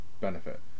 benefit